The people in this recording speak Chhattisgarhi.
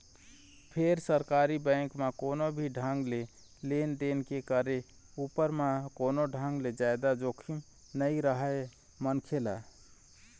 फेर सरकारी बेंक म कोनो भी ढंग ले लेन देन के करे उपर म कोनो ढंग ले जादा जोखिम नइ रहय मनखे ल